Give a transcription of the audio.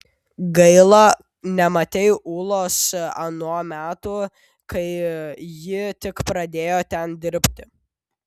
gaila nematei ulos anuo metu kai ji tik pradėjo ten dirbti